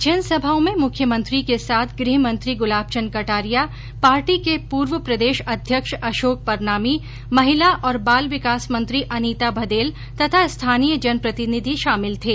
जनसभाओं में मुख्यमंत्री के साथ गृहमंत्री गुलाबचन्द कटारिया पार्टी के पूर्व प्रदेश अध्यक्ष अशोक परनामी महिला और बाल विकास मंत्री अनीता भदेल तथा स्थानीय जनप्रतिनिधि शामिल थे